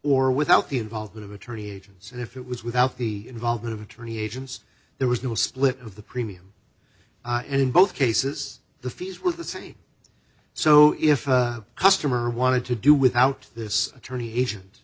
or without the involvement of attorney agents and if it was without the involvement of attorney agents there was no split of the premium and in both cases the fees were the say so if a customer wanted to do without this attorney a